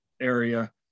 area